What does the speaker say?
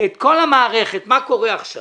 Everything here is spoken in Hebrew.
את כל המערכת, מה קורה עכשיו